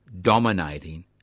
dominating